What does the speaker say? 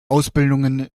ausbildungen